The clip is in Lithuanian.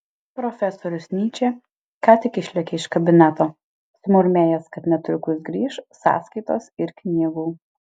profesorius nyčė ką tik išlėkė iš kabineto sumurmėjęs kad netrukus grįš sąskaitos ir knygų